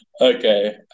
okay